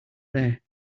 there